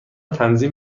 تنظیم